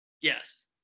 Yes